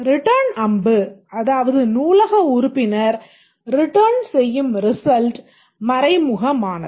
return அம்பு அதாவது நூலக உறுப்பினர் ரிட்டர்ன் செய்யும் ரிசல்ட் மறைமுகமானது